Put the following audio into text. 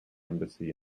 embassy